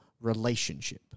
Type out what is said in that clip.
relationship